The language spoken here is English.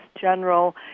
General